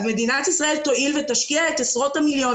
מדינת ישראל תואיל ותשקיע את עשרות המיליונים